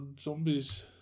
zombies